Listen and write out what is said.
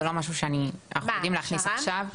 זה לא משהו שאנחנו יודעים להכניס עכשיו.